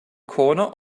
corner